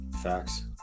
facts